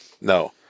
No